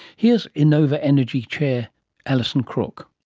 here's enova energy chair alison crook.